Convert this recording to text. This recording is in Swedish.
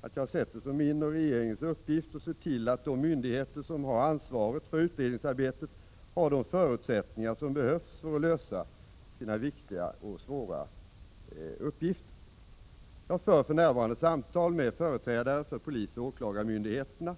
att jag har ansett det vara min och regeringens uppgift att se till att de myndigheter som ansvarar för utredningsarbetet har de förutsättningar som behövs för att de skall kunna lösa sina viktiga och svåra uppgifter. För närvarande för jag samtal med företrädare för polisoch åklagarmyndigheterna.